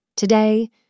Today